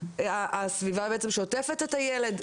הסביבה בעצם שעוטפת את הילד,